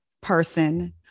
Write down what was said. person